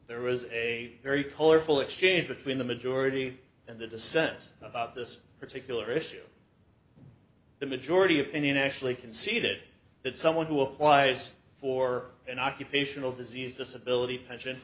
there was a very colorful exchange between the majority and the dissents about this particular issue the majority opinion actually can see that that someone who applies for an occupational disease disability pension